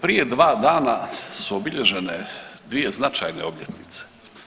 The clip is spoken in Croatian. Prije dva dana su obilježene dvije značajne obljetnice.